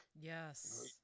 Yes